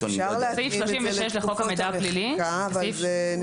אפשר להתאים את זה לתקופות המחיקה אבל נצטרך